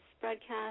broadcast